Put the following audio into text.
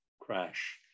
crash